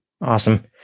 Awesome